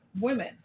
women